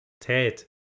Ted